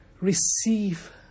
receive